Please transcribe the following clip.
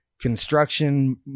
construction